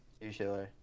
usually